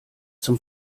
zum